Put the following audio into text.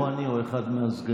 או אני או אחד מהסגנים.